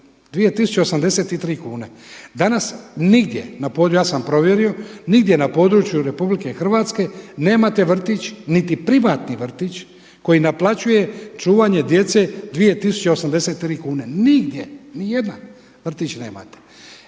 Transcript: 2083 kune. Danas nigdje, ja sam provjerio, nigdje na području RH nemate vrtić niti privatni vrtić koji naplaćuje čuvanje djece 2083 kune. Nigdje, ni jedna, vrtić nemate.